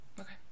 Okay